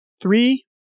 three